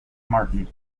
martin